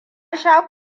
sha